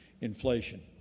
inflation